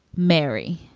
mary